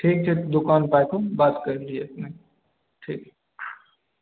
ठीक छै दोकान पर आबि कऽ बात कैर लियै अपने ठीक